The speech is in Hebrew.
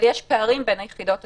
אבל יש פערים בין היחידות השונות.